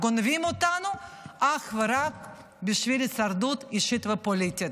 גונבים אותנו אך ורק בשביל הישרדות אישית ופוליטית.